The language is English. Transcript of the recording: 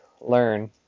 learn